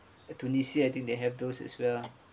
uh tunisia I think they have those as well